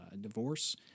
divorce